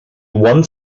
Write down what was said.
one